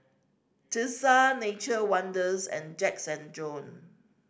Tesla Nature Wonders and Jacks and Jone